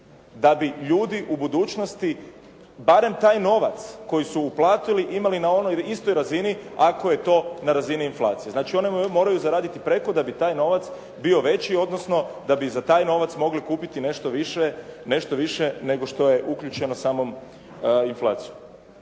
da bi ljudi u budućnosti barem taj novac koji su uplatili imali na onoj istoj razini ako je to na razini inflacije. Znači, oni moraju zaraditi preko da bi taj novac bio veći odnosno da bi za taj novac mogli kupiti nešto više nego što je uključeno samom inflacijom.